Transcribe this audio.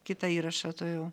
kitą įrašą tuojau